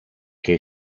che